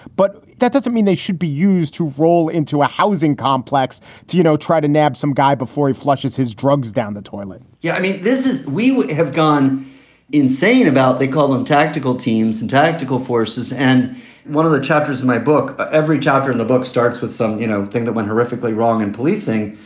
but that doesn't mean they should be used to roll into a housing complex to, you know, try to nab some guy before he flushes his drugs down the toilet yeah, i mean, this is we would have gone insane about they call them tactical teams and tactical forces. and one of the chapters in my book, every chapter in the book starts with some, you know, thing that went horrifically wrong in policing.